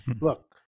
look